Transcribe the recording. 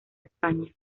españa